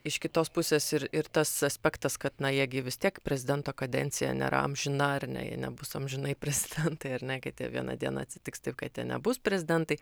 iš kitos pusės ir ir tas aspektas kad na jie gi vis tiek prezidento kadenciją nėra amžina ar ne jie nebus amžinai prezidentai ar ne kad jie vieną dieną atsitiks taip kad jie nebus prezidentai